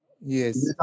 yes